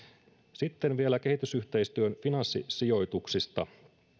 sitten vielä kehitysyhteistyön finanssisijoituksista